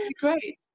great